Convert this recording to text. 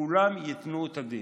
כולם ייתנו את הדין.